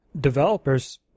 developers